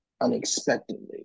unexpectedly